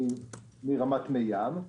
מרמת מי ים.